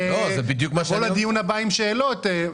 כל הדיון הבא עם שאלות.